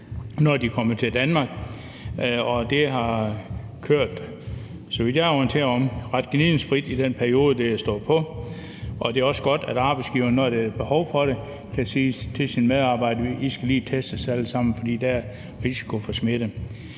når den kommer til Danmark. Det har kørt, så vidt jeg er orienteret, ret gnidningsfrit i den periode, det har stået på, og det er også godt, at arbejdsgiveren, når der er behov for det, kan sige til sine medarbejdere, at de lige skal testes alle sammen, fordi der er risiko for smitte.